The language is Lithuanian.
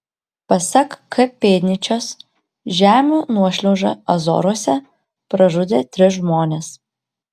pasak k pėdnyčios žemių nuošliauža azoruose pražudė tris žmones